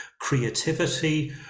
creativity